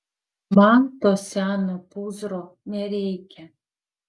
man to seno pūzro nereikia